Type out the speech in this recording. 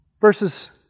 Verses